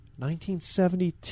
1972